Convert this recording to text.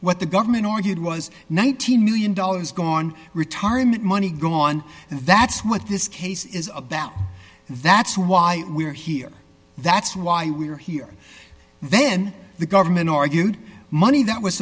what the government argued was nineteen million dollars gone retirement money gone and that's what this case is about that's why we're here that's why we're here then the government argued money that was